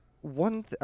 one